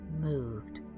moved